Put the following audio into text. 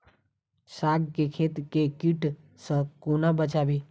साग केँ खेत केँ कीट सऽ कोना बचाबी?